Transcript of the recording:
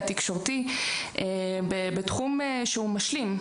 התקשורתי בתחום שהוא משלים,